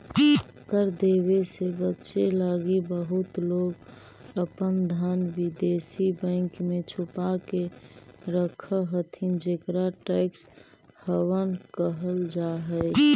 कर देवे से बचे लगी बहुत लोग अपन धन विदेशी बैंक में छुपा के रखऽ हथि जेकरा टैक्स हैवन कहल जा हई